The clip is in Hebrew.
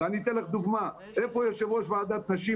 אני אתן לך דוגמה: איפה יושב-ראש ועדת נשים,